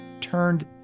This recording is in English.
turned